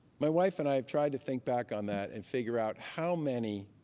my wife and i have tried to think back on that and figure out how many